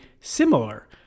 similar